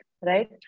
right